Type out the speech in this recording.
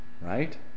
right